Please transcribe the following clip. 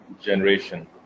generation